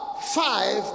five